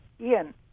Ian